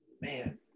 Man